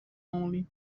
only